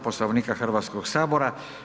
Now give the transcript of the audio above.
Poslovnika Hrvatskog sabora.